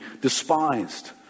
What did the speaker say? despised